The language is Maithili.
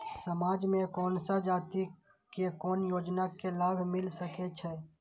समाज में कोन सा जाति के कोन योजना के लाभ मिल सके छै?